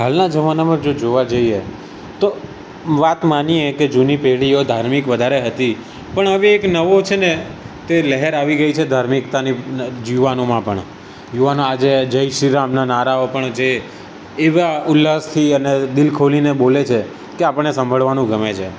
હાલના જમાનામાં જો જોવા જઈએ તો વાત માનીએ કે જૂની પેઢીઓ ધાર્મિક વધારે હતી પણ હવે એક નવો છે ને તે લહેર આવી ગઈ છે ધાર્મિકતાની યુવાનોમાં પણ યુવાનો આજે જય શ્રી રામના નારાઓ પણ જે એવા ઉલ્લાસથી અને દિલ ખોલીને બોલે છે કે આપણને સાંભળવાનું ગમે છે